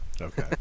Okay